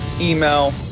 email